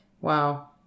Wow